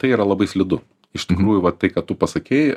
tai yra labai slidu iš tikrųjų va tai ką tu pasakei